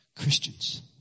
Christians